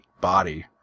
body